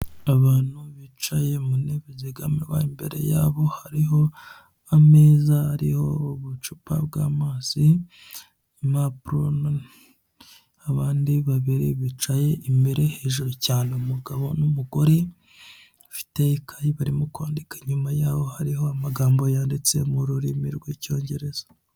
Abantu bicaye mu ntebe zegamirwa, imbere yabo hariho ameza ariho ubucupa bw'amazi, impapuro, abandi babiri bicaye hejuru cyane. Umugabo n'umugore ufite ikayi, barimo kwandika, inyuma yabo hariho amagambo yanditse mu rurimi rw'Icyongereza.